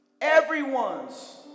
everyone's